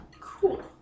Cool